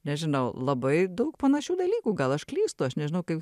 nežinau labai daug panašių dalykų gal aš klystu aš nežinau kaip